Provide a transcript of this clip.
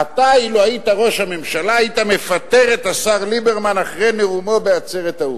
אילו היית ראש הממשלה היית מפטר את השר ליברמן אחרי נאומו בעצרת האו"ם.